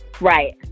Right